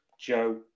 Joe